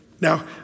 Now